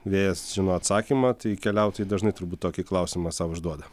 vėjas žino atsakymą tai keliautojai dažnai turbūt tokį klausimą sau užduoda